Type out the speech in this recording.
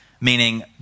meaning